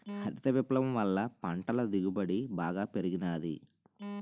హరిత విప్లవం వల్ల పంటల దిగుబడి బాగా పెరిగినాది